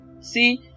see